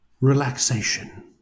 Relaxation